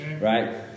Right